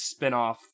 spinoff